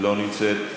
לא נמצאת,